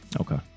Okay